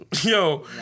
Yo